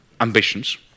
ambitions